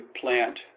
plant